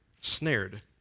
snared